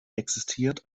existiert